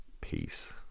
Peace